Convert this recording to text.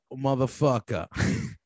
motherfucker